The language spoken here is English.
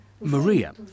Maria